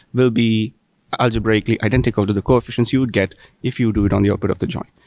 will be algebraically identical to the coefficients you would get if you do it on the output of the join.